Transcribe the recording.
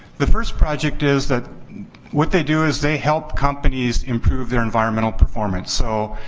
the first project is that what they do is they help companies improve their environmental performance. so,